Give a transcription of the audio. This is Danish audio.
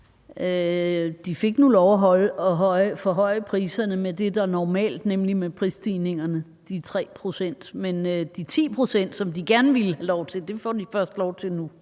De fik nu lov at forhøje priserne med det, der er normalt med prisstigningerne, de 3 pct., men de 10 pct., som de gerne ville have lov til at hæve dem med, får de så lov til nu.